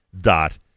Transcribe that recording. dot